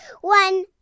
one